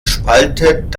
spaltet